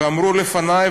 ואמרו לפני,